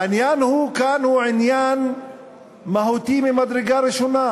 העניין הוא כאן עניין מהותי ממדרגה ראשונה.